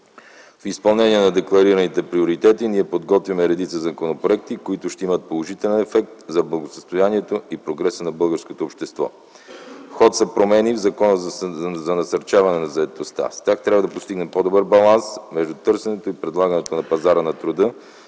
В изпълнение на декларираните приоритети ние подготвяме редица законопроекти, които ще имат положителен ефект за благосъстоянието и прогреса на българското общество. В ход са промени в Закона за насърчаване на заетостта. С тях трябва да постигнем по-добър баланс между търсенето и предлагането на пазара на труда,